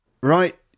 right